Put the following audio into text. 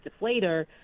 deflator